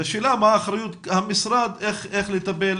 השאלה מה אחריות המשרד איך לטפל,